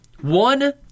One